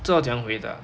不知道要怎么回答